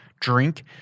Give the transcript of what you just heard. drink